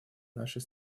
нашей